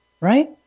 right